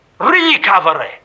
Recovery